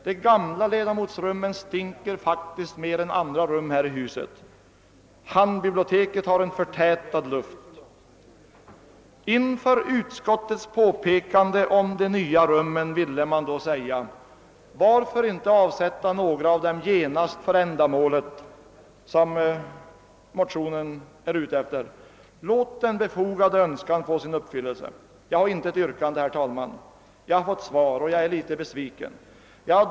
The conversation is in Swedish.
De gamla ledamotsrummen stinker faktiskt mer än andra rum i detta hus. Handbiblioteket har en förtätad luft. Inför utskottets påpekande om de nya rummen ville man därför säga: Varför inte genast avsätta några av dem för detta ändamål, så att min befogade önskan får sin uppfyllelse? Jag har intet yrkande, herr talman — jag har fått svar och jag är något besviken över det.